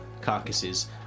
carcasses